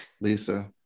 Lisa